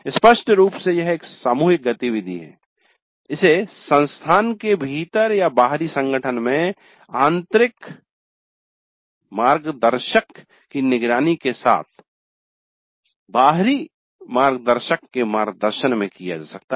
स्पष्ट रूप से यह एक सामूहिक गतिविधि है और इसे संस्थान के भीतर या बाहरी संगठन में आंतरिक मार्गदर्शक की निगरानी के साथ बाहरी मार्गदर्शक के मार्गदर्शन में किया जा सकता है